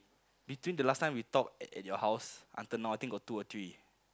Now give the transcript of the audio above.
between the last time we talk at at your house until now I think got two or three